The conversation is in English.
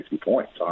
points